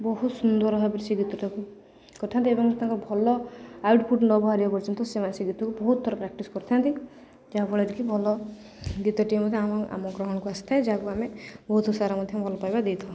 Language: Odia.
ବହୁତ ସୁନ୍ଦର ଭାବରେ ସେ ଗୀତଟାକୁ କହିଥାନ୍ତି ଏବଂ ତାଙ୍କ ଭଲ ଆଉଟ୍ପୁଟ୍ ନ ବାହାରିବା ପର୍ଯ୍ୟନ୍ତ ସେମାନେ ସେ ଗୀତକୁ ବହୁତ ଥର ପ୍ରାକ୍ଟିସ୍ କରିଥାନ୍ତି ଯାହାଫଳରେ କିି ଭଲ ଗୀତଟିଏ ମଧ୍ୟ ଆମ ଆମ ଗ୍ରହଣକୁ ଆସିଥାଏ ଯାହାକୁ ଆମେ ବହୁତ ସାରା ମଧ୍ୟ ଭଲ ପାଇବା ଦେଇଥାଉ